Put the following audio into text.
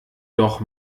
doch